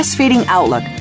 Outlook